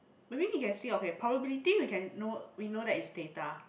maybe you can see okay probability we can know we know that is data